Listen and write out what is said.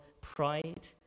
pride